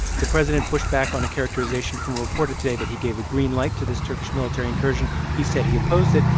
the president pushed back on a characterization from a reporter today that he gave a green light to this turkish military incursion. he said he opposed it,